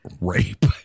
rape